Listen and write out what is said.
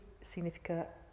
significa